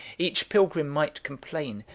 each pilgrim might complain,